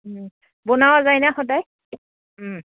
বনোৱা যায় ন সদায়